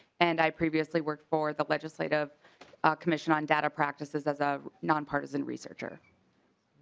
and i previously worked for the legislative commission on data practices as a nonpartisan research or.